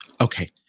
Okay